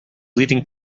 leading